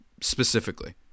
specifically